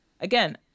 again